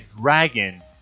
Dragons